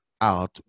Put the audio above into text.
out